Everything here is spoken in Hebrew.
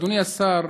אדוני השר,